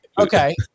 Okay